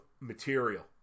material